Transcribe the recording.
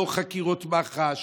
לא חקירות מח"ש,